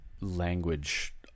language